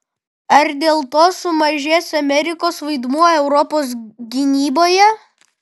ar dėl to sumažės amerikos vaidmuo europos gynyboje